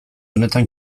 honetan